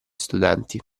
studenti